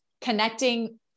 connecting